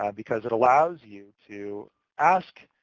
um because it allows you to ask